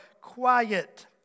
quiet